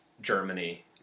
Germany